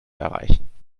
erreichen